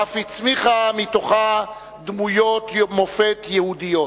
ואף הצמיחו מתוכם דמויות מופת יהודיות,